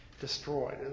destroyed